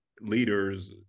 leaders